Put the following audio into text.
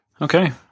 Okay